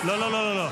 לא, לא.